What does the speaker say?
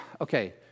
okay